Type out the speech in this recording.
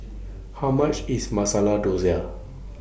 How much IS Masala Dosa